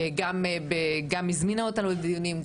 גם הזמינה אותנו לדיונים,